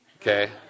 okay